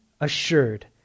assured